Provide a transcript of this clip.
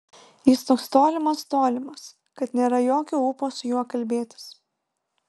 jis toks tolimas tolimas kad nėra jokio ūpo su juo kalbėtis